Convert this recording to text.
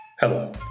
Hello